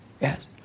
Yes